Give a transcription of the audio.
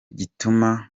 gituma